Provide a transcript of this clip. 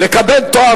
לקבל תואר